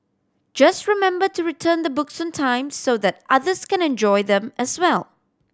just remember to return the books on time so that others can enjoy them as well